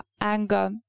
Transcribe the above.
anger